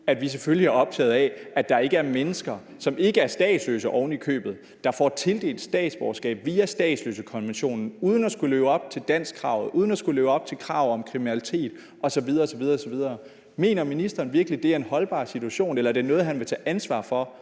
vi selvfølgelig er optaget af, at der ikke er mennesker, som ovenikøbet ikke er statsløse, der får tildelt statsborgerskab via statsløsekonventionen uden at skulle leve op til danskkravet og uden at skulle leve op til krav om ikke at have begået kriminalitet osv. osv. Mener ministeren virkelig, det er en holdbar situation, eller er det noget, han vil tage ansvar for